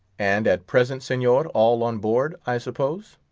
and at present, senor, all on board, i suppose?